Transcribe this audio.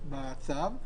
בצו,